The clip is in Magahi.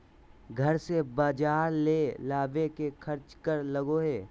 घर से बजार ले जावे के खर्चा कर लगो है?